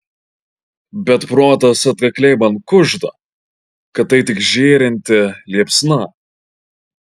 bet protas atkakliai man kužda kad tai tik žėrinti liepsna